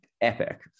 epic